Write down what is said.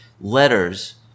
letters